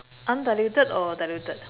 undiluted or diluted